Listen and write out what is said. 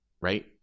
right